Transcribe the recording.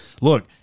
look